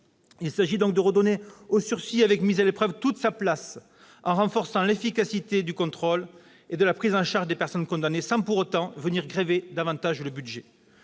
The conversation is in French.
Il s'agit donc de redonner toute sa place au sursis avec mise à l'épreuve, en renforçant l'efficacité du contrôle et de la prise en charge des personnes condamnées, sans pour autant grever davantage le budget.